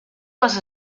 les